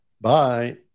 Bye